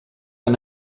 han